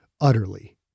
utterly